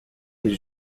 est